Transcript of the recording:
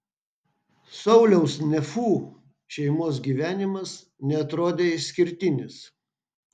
sauliaus nefų šeimos gyvenimas neatrodė išskirtinis